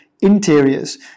interiors